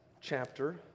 chapter